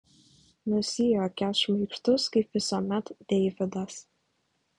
nusijuokia šmaikštus kaip visuomet deividas